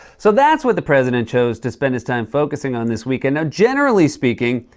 so that's what the president chose to spend his time focusing on this weekend. now, generally speaking,